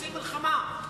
רוצים מלחמה,